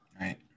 Right